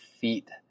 feet